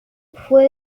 fue